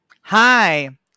hi